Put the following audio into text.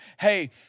hey